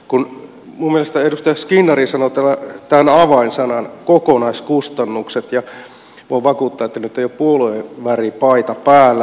minun mielestäni edustaja skinnari sanoi täällä tämän avainsanan kokonaiskustannukset ja voin vakuuttaa että nyt ei ole puolueen väri paita päällä